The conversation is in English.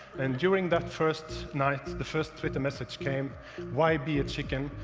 and during that first night, the first twitter message came why be a chicken?